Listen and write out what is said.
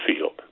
field